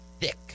thick